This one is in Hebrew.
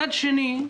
מצד שני,